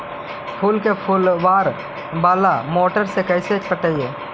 फूल के फुवारा बाला मोटर से कैसे पटइबै?